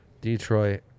Detroit